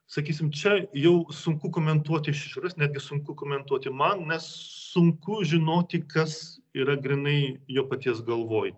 sakysim čia jų sunku komentuoti iš išorės netgi sunku komentuoti man sunku žinoti kas yra grynai jo paties galvoj